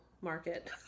market